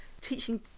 teaching